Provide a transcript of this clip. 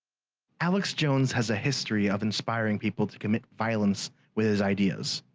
alex jones has a history of inspiring people to commit violence with his ideas.